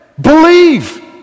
believe